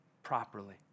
Properly